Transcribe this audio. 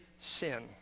sin